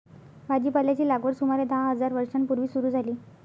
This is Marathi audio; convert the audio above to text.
भाजीपाल्याची लागवड सुमारे दहा हजार वर्षां पूर्वी सुरू झाली